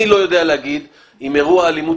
אני לא יודע להגיד אם אירוע האלימות